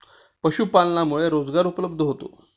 पशुपालनामुळे रोजगार उपलब्ध होतो